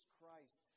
Christ